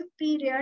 period